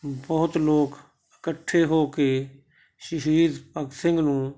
ਬਹੁਤ ਲੋਕ ਇਕੱਠੇ ਹੋ ਕੇ ਸ਼ਹੀਦ ਭਗਤ ਸਿੰਘ ਨੂੰ